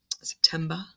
September